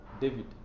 David